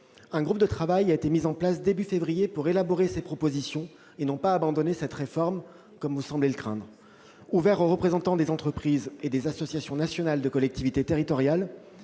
Un groupe de travail a été mis en place début février pour élaborer ces propositions, et non pas, comme vous semblez le craindre, pour abandonner cette réforme. Ouvert aux représentants des entreprises et des associations nationales de collectivités territoriales,